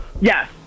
Yes